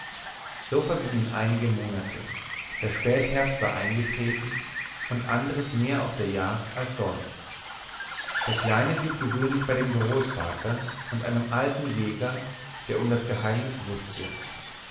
so vergingen einige monate der spätherbst war eingetreten und andres mehr auf der jagd als sonst der kleine blieb gewöhnlich bei dem großvater und einem alten jäger der um das geheimnis wußte